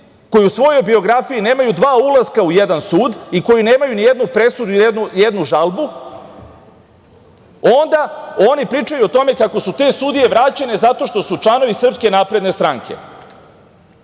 koji u svojoj biografiji nemaju dva ulaska u jedan sud, koji nemaju nijednu presudu i nijednu žalbu, onda oni pričaju o tome kako su te sudije vraćene zato što su članovi SNS.Ja bih više pitao,